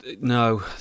no